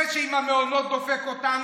זה שעם המעונות דופק אותנו,